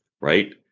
right